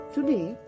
Today